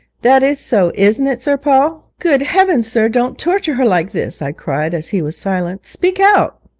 that is so, isn't it, sir paul? good heavens, sir, don't torture her like this i cried, as he was silent. speak out